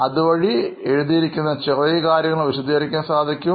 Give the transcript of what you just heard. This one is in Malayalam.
അതുവഴി എഴുതിയിരിക്കുന്ന ചെറിയ കാര്യങ്ങൾ വിശദീകരിക്കാൻ സാധിക്കും